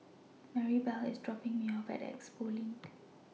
Maribel IS dropping Me off At Expo LINK